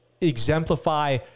exemplify